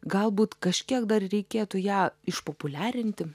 galbūt kažkiek dar reikėtų ją išpopuliarinti